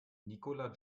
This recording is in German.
nicola